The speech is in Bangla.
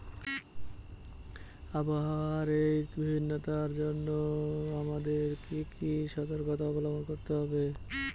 আবহাওয়ার এই ভিন্নতার জন্য কৃষকদের কি কি সর্তকতা অবলম্বন করতে হবে?